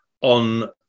on